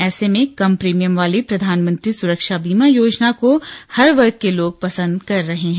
ऐसे में कम प्रीमियम वाली प्रधानमंत्री सुरक्षा बीमा योजना को हर वर्ग के लोग पसंद कर रहे हैं